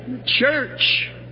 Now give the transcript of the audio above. church